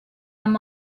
amb